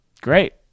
Great